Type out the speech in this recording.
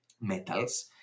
metals